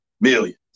millions